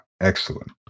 excellent